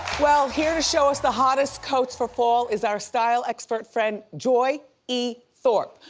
well here to show us the hottest coats for fall is our style expert friend, joy e. thorpe.